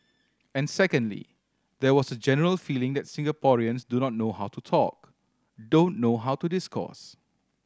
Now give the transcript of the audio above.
and secondly there was a general feeling that Singaporeans do not know how to talk don't know how to discourse